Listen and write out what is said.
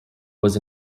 was